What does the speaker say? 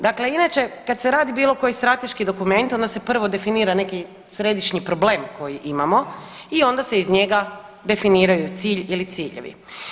Dakle, inače kad se radi bilo koji strateški dokument onda se prvo definira neki središnji problem koji imamo i onda se iz njega definiraju cilj ili ciljevi.